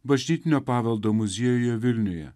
bažnytinio paveldo muziejuje vilniuje